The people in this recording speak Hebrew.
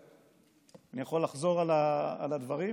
אני יכול לחזור על הדברים